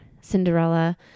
Cinderella